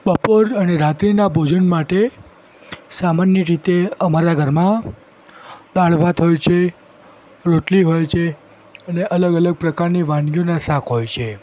બપોર અને રાત્રિના ભોજન માટે સામાન્ય રીતે અમારા ઘરમાં દાળભાત હોય છે રોટલી હોય છે અને અલગ અલગ પ્રકારની વાનગીઓના શાક હોય છે